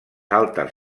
altes